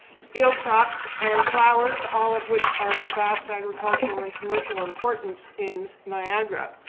field crops, and flowers, all of which are of vast agricultural and commercial importance in niagara.